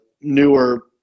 newer